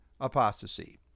apostasy